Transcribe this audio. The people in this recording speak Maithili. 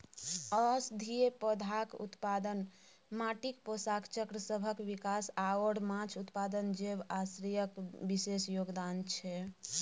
औषधीय पौधाक उत्पादन, माटिक पोषक चक्रसभक विकास आओर माछ उत्पादन जैव आश्रयक विशेष योगदान छै